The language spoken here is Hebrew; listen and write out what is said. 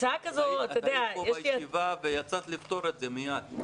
את היית כאן בישיבה ויצאת לפתור את זה מיד.